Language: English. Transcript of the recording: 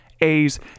A's